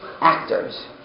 actors